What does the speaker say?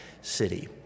city